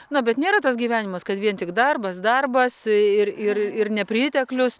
na bet nėra tas gyvenimas kad vien tik darbas darbas ir ir ir nepriteklius